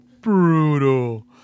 brutal